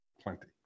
Plenty